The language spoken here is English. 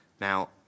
now